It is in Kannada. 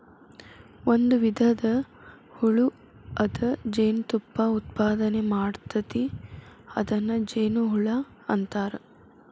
ಒಂದು ವಿಧದ ಹುಳು ಅದ ಜೇನತುಪ್ಪಾ ಉತ್ಪಾದನೆ ಮಾಡ್ತತಿ ಅದನ್ನ ಜೇನುಹುಳಾ ಅಂತಾರ